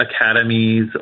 academies